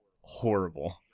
horrible